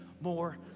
more